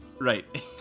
Right